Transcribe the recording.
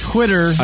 Twitter